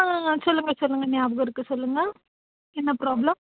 ஆ சொல்லுங்கள் சொல்லுங்கள் ஞாபகம் இருக்கு சொல்லுங்கள் என்ன ப்ராப்ளம்